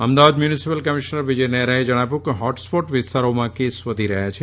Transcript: Ahmedabad municipal commissioner Vijay નહેરાએ જણાવ્યું કે હોટસ્પોટ વિસ્તારોમાં કેસ વધી રહ્યા છે